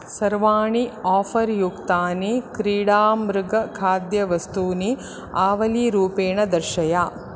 सर्वाणि आफ़र् युक्तानि क्रीडामृगखाद्यवस्तूनि आवलीरूपेण दर्शय